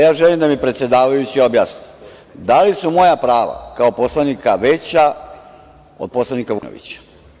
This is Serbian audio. Ja želim da mi predsedavajući objasni da li su moja prava kao poslanika veća od poslanika Vukadinovića?